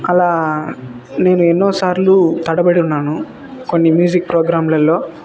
అలా నేను ఎన్నోసార్లు తడబడి ఉన్నాను కొన్ని మ్యూజిక్ ప్రోగ్రాములల్లో